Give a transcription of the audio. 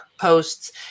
posts